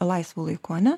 laisvu laiku ana